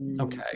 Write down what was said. Okay